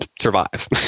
survive